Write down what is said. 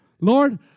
Lord